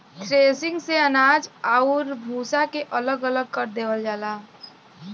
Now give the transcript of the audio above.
threshing से अनाज आउर भूसा के अलग अलग कर देवल जाला